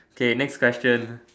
okay next question